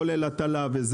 כולל הטלה.